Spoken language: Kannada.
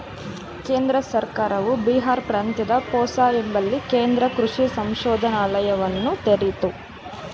ಕೇಂದ್ರ ಸರ್ಕಾರವು ಬಿಹಾರ್ ಪ್ರಾಂತ್ಯದ ಪೂಸಾ ಎಂಬಲ್ಲಿ ಕೇಂದ್ರ ಕೃಷಿ ಸಂಶೋಧನಾಲಯವನ್ನ ತೆರಿತು